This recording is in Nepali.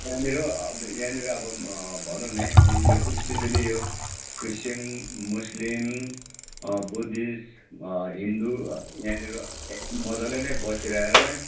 यहाँनिर अब यहाँनिर अब भनौँ नि यो इस्पेसली यो क्रिश्चियन मुस्लिम बुद्धिस्ट हिन्दू यहाँनिर मजाले नै बसिरहेर